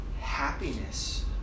happiness